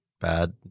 bad